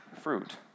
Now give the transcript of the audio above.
Fruit